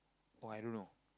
oh I don't know